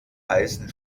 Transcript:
heißen